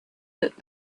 that